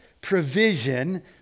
provision